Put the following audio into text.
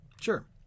Sure